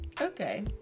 Okay